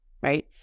right